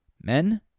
men